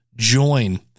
join